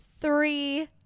three